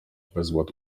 bezład